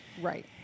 Right